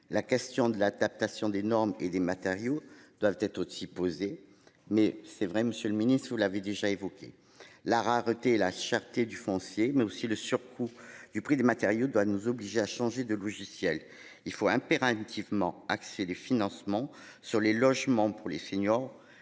La question de l'adaptation des normes et des matériaux doivent être aussi poser mais c'est vrai Monsieur le Ministre, vous l'avez déjà évoqué la rareté et la cherté du foncier mais aussi le surcoût du prix des matériaux doit nous oblige à changer de logiciel, il faut impérativement accès des financements sur les logements pour les feignants